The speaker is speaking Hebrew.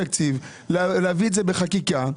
בחקיקה,